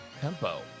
tempo